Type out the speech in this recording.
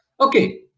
Okay